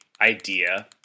idea